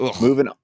Moving